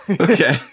Okay